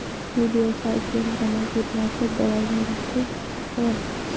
ई व्यवसाय केंद्र मा कीटनाशक दवाई मिलथे कौन?